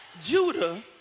Judah